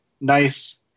nice